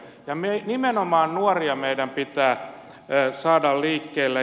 ja nimenomaan nuoria meidän pitää saada liikkeelle